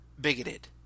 bigoted